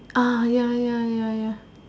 ya ya ya ya